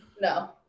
No